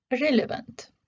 relevant